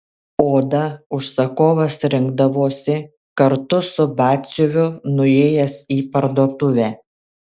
odą užsakovas rinkdavosi kartu su batsiuviu nuėjęs į parduotuvę